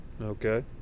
Okay